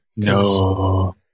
No